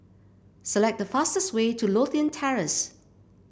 select the fastest way to Lothian Terrace